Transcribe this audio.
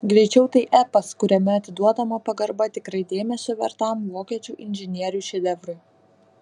greičiau tai epas kuriame atiduodama pagarba tikrai dėmesio vertam vokiečių inžinierių šedevrui